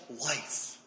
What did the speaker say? life